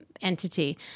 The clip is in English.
entity